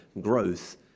growth